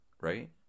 right